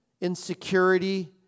insecurity